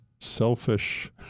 selfish